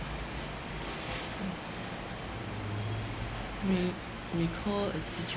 re~ recall a situation